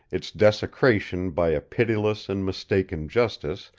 its desecration by a pitiless and mistaken justice,